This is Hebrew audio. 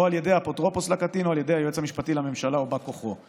על ידי אפוטרופוס לקטין או על ידי היועץ המשפטי לממשלה או בא כוחו.